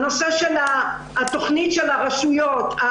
התוכנית של הרשויות,